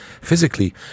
physically